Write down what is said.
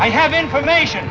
i have information